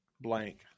blank